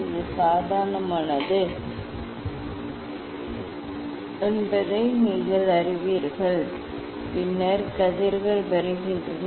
இது சாதாரணமானது என்பதை நீங்கள் அறிவீர்கள் பின்னர் கதிர்கள் வருகின்றன